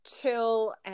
chill